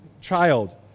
child